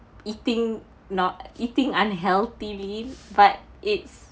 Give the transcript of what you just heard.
eating not eating unhealthily but it's